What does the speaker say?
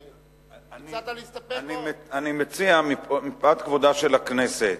אני מציע, מפאת כבודה של הכנסת,